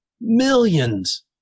millions